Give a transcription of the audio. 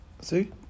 see